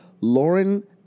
Lauren